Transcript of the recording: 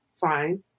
Fine